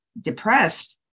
depressed